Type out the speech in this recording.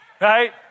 Right